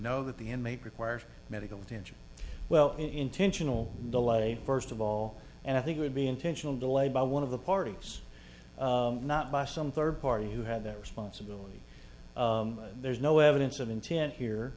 know that the inmate requires medical attention well intentional delay first of all and i think would be intentional delayed by one of the parties not by some third party who had that responsibility there's no evidence of intent here